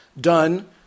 done